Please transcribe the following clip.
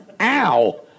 Ow